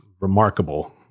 remarkable